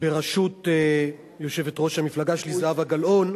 בראשות יושבת-ראש המפלגה שלי זהבה גלאון,